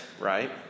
right